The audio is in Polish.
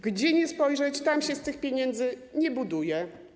Gdzie nie spojrzeć, tam się z tych pieniędzy nie buduje.